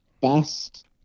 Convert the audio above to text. best